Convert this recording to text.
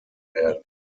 werden